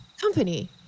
company